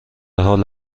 حال